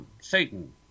Satan